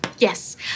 Yes